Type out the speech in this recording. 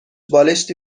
بالشتی